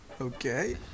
Okay